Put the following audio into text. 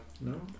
No